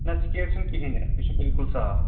نہ سکیب چھُنہٕ کِہینۍ اَسہِ سُہ چھُ بِلکُل صاف